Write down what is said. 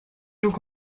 took